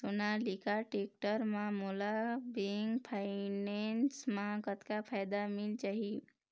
Sonalika tractor म मोला bank finance म कतक फायदा मिल जाही?